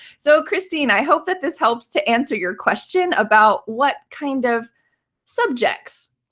so christine, i hope that this helps to answer your question about what kind of subjects,